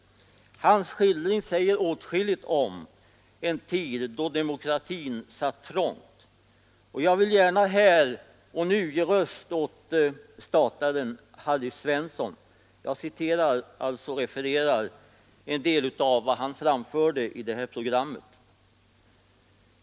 Hans skildring säger åtskilligt om en tid då demokratin satt trångt. Jag vill här ge röst åt stataren Harry Svensson. Jag citerar en del av vad han framförde i programmet.